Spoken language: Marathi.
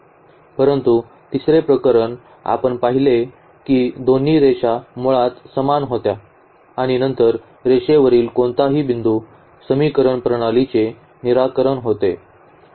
परंतु तिसरे प्रकरण आपण पाहिले की दोन्ही रेषा मुळात समान होत्या आणि नंतर रेषेवरील कोणताही बिंदू समीकरण प्रणालीचे निराकरण होते